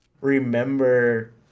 remember